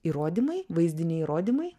įrodymai vaizdiniai įrodymai